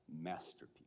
masterpiece